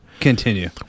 Continue